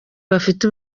bafite